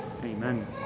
Amen